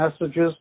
messages